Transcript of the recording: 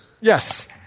Yes